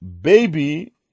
baby